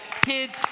kids